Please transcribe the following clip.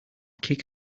kick